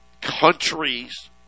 countries